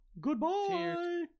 Goodbye